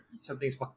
something's